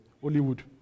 Hollywood